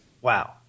Wow